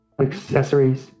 Accessories